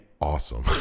awesome